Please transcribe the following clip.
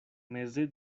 meze